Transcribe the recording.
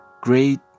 Great